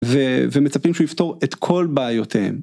ומצפים שהוא יפתור את כל בעיותיהם.